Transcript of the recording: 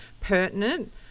pertinent